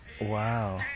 Wow